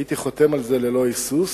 הייתי חותם על זה ללא היסוס.